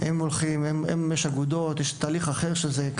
זה גם